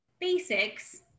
Basics